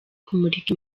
kumurika